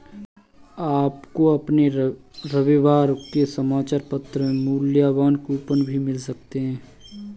आपको अपने रविवार के समाचार पत्र में मूल्यवान कूपन भी मिल सकते हैं